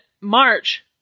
March